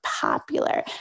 popular